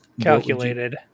Calculated